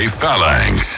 phalanx